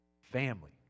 family